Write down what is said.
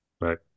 right